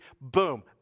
boom